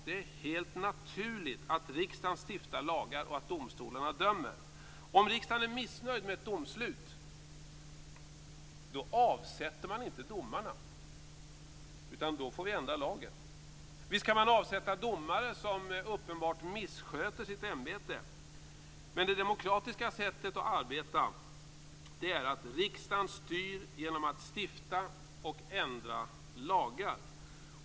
Det är helt naturligt att riksdagen stiftar lagar och att domstolarna dömer. Om riksdagen är missnöjd med ett domslut avsätter man inte domarna, utan då får vi ändra lagen. Visst kan man avsätta domare som uppenbart missköter sitt ämbete. Men det demokratiska sättet att arbeta är att riksdagen styr genom att stifta och ändra lagar.